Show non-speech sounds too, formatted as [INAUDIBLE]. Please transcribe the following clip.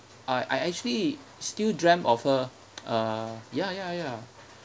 I I actually still dreamt of her [NOISE] uh ya ya ya